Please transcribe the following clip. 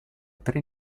tre